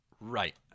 Right